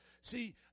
See